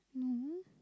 no